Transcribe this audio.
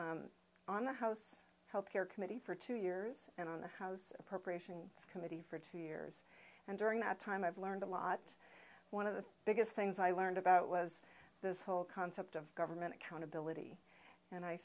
on the house health care committee for two years and on the house appropriations committee for two years and during that time i've learned a lot one of the biggest things i learned about was this whole concept of government accountability and i